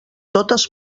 totes